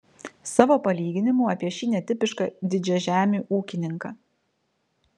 savo palyginimu apie šį netipišką didžiažemį ūkininką